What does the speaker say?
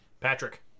Patrick